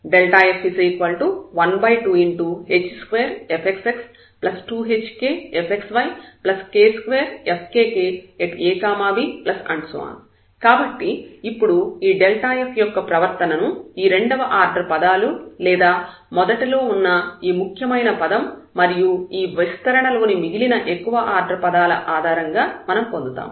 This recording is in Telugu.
f12h2fxx2hkfxyk2fkkab కాబట్టి ఇప్పుడు ఈ f యొక్క ప్రవర్తనను ఈ రెండవ ఆర్డర్ పదాలు లేదా మొదట లో ఉన్న ఈ ముఖ్యమైన పదం మరియు ఈ విస్తరణ లోని మిగిలిన ఎక్కువ ఆర్డర్ పదాల ఆధారంగా మనం పొందుతాము